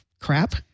crap